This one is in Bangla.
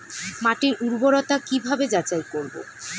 মাটির উর্বরতা কি ভাবে যাচাই করব?